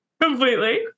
completely